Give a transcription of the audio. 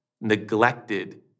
neglected